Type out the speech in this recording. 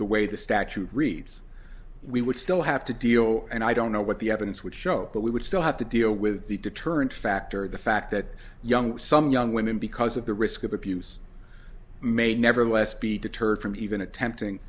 the way the statute reads we would still have to deal and i don't know what the evidence would show but we would still have to deal with the deterrent factor the fact that young some young women because of the risk of abuse may nevertheless be deterred from even attempting